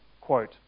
quote